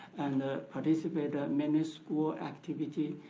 and ah participate ah many school activity.